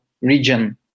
region